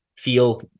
feel